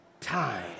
time